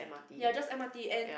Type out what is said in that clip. ya just M_R_T and